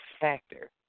factor